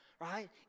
right